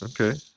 Okay